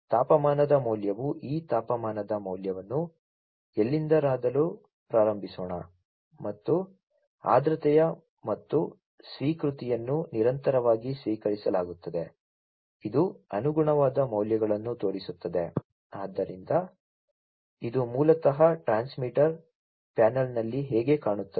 ತಾಪಮಾನದ ಮೌಲ್ಯವು ಈ ತಾಪಮಾನದ ಮೌಲ್ಯವನ್ನು ಎಲ್ಲಿಂದಲಾದರೂ ಪ್ರಾರಂಭಿಸೋಣ ಮತ್ತು ಆರ್ದ್ರತೆ ಮತ್ತು ಸ್ವೀಕೃತಿಯನ್ನು ನಿರಂತರವಾಗಿ ಸ್ವೀಕರಿಸಲಾಗುತ್ತದೆ ಇದು ಅನುಗುಣವಾದ ಮೌಲ್ಯಗಳನ್ನು ತೋರಿಸುತ್ತದೆ ಆದ್ದರಿಂದ ಇದು ಮೂಲತಃ ಟ್ರಾನ್ಸ್ಮಿಟರ್ ಪ್ಯಾನೆಲ್ನಲ್ಲಿ ಹೇಗೆ ಕಾಣುತ್ತದೆ